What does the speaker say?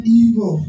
evil